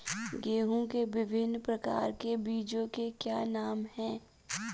गेहूँ के विभिन्न प्रकार के बीजों के क्या नाम हैं?